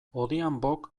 odhiambok